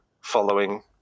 following